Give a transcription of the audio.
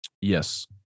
yes